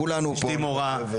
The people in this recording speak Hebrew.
כולנו פה.